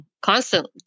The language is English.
constant